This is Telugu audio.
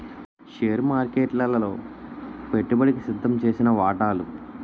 షేర్ మార్కెట్లలో పెట్టుబడికి సిద్దంచేసిన వాటాలు